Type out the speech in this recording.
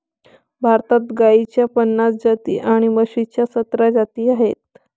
भारतात गाईच्या पन्नास जाती आणि म्हशीच्या सतरा जाती आहेत